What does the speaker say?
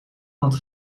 had